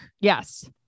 Yes